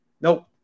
Nope